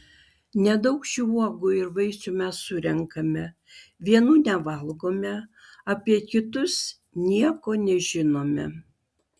nedaug šių uogų ir vaisių mes surenkame vienų nevalgome apie kitus nieko nežinome